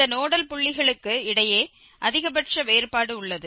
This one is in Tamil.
இந்த நோடல் புள்ளிகளுக்கு இடையே அதிகபட்ச வேறுபாடு உள்ளது